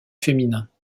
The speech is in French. féminins